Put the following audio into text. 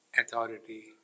Authority